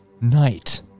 Night